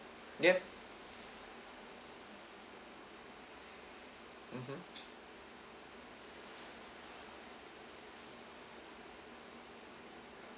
ya mmhmm